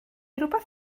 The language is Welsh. rywbeth